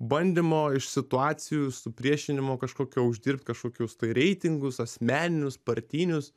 bandymo iš situacijų supriešinimo kažkokio uždirbt kažkokius tai reitingus asmeninius partinius